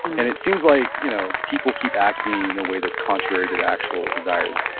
and it seems like, you know, people keep acting in a way that's contrary to the actual desires.